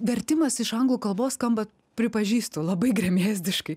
vertimas iš anglų kalbos skamba pripažįstu labai gremėzdiškai